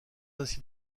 ainsi